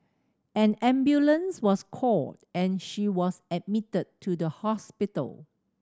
an ambulance was called and she was admitted to the hospital